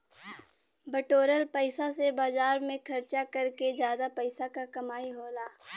बटोरल पइसा से बाजार में खरचा कर के जादा पइसा क कमाई होला